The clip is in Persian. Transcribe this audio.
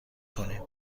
کنیم